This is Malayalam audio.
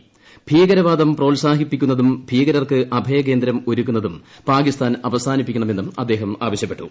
ശ്രീ ഭീകരവാദം പ്രോത്സാഹിപ്പിക്കുന്നതും ഭീകരർക്ക് അഭയകേന്ദ്രം ഒരുക്കുന്നതും പാകിസ്ഥാൻ അവസാനിപ്പിക്കണമെന്നും അദ്ദേഹം ആവശ്യപ്പെട്ടു